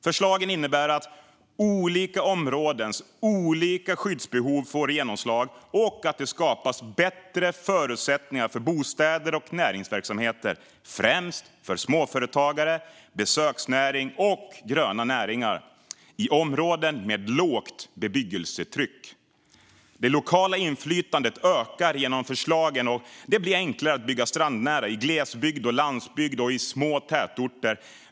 Förslagen innebär att olika områdens olika skyddsbehov får genomslag och att det skapas bättre förutsättningar för bostäder och näringsverksamheter, främst för småföretagare, besöksnäring och gröna näringar, i områden med lågt bebyggelsetryck. Det lokala inflytandet ökar genom förslagen, och det blir enklare att bygga strandnära i glesbygd, på landsbygd och i små tätorter.